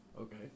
Okay